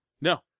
No